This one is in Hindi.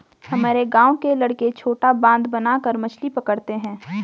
हमारे गांव के लड़के छोटा बांध बनाकर मछली पकड़ते हैं